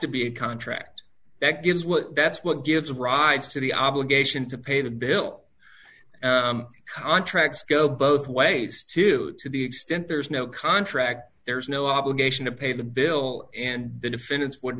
to be a contract that gives well that's what gives rise to the obligation to pay the bill contracts go both ways to do to the extent there's no contract there's no obligation to pay the bill and the defendants would